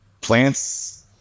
plants